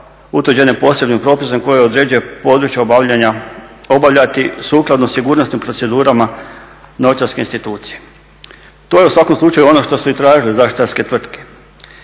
utvrđene posebnim propisom koje određuje područje obavljanja obavljati sukladno sigurnosnim procedurama novčarske institucije. To je u svakom slučaju ono što su i tražile zaštitarske tvrtke.